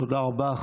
תודה רבה.